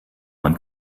man